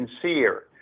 sincere